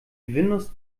windows